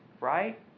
Right